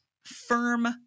firm